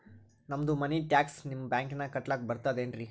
ನಮ್ದು money tax ನಿಮ್ಮ ಬ್ಯಾಂಕಿನಾಗ ಕಟ್ಲಾಕ ಬರ್ತದೇನ್ರಿ?